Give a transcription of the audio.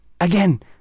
again